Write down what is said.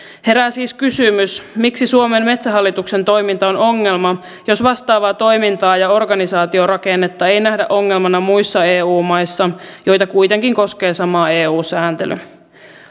herää siis kysymys miksi suomen metsähallituksen toiminta on ongelma jos vastaavaa toimintaa ja organisaatiorakennetta ei nähdä ongelmana muissa eu maissa joita kuitenkin koskee sama eu sääntely